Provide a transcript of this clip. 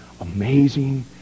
amazing